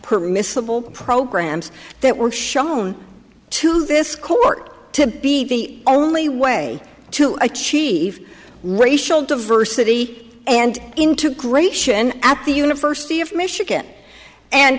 permissible programs that were shown to this court to be the only way to achieve racial diversity and integration at the university of michigan and